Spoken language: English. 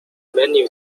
menu